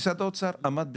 משרד האוצר עמד בסירובו.